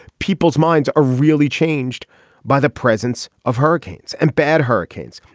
people's minds are really changed by the presence of hurricanes and bad hurricanes.